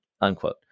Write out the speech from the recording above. unquote